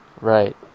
Right